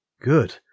Good